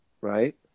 Right